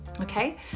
okay